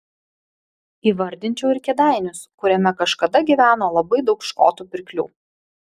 įvardinčiau ir kėdainius kuriame kažkada gyveno labai daug škotų pirklių